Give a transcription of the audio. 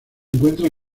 encuentra